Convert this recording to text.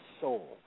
soul